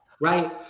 right